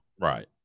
Right